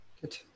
good